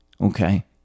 okay